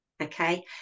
okay